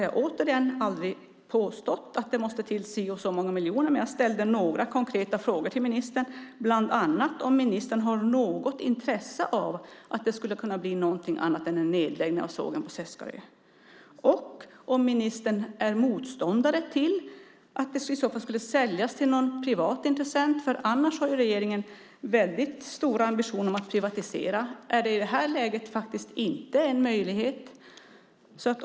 Jag har aldrig påstått att det måste till si och så många miljoner, men jag ställde några konkreta frågor till ministern, bland annat om ministern har något intresse av att det ska bli något annat än en nedläggning av sågen på Seskarö och om ministern är motståndare till att det i så fall skulle säljas till någon privat intressent. Annars har ju regeringen väldigt stora ambitioner när det gäller att privatisera. Är det i det här läget inte en möjlighet?